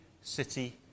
city